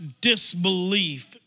disbelief